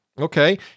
Okay